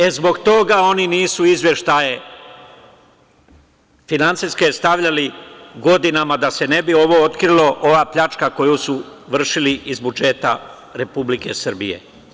E, zbog toga oni nisu finansijske izveštaje stavljali godinama da se ne bi ovo otkrilo, ova pljačka koju su vršili iz budžeta Republike Srbije.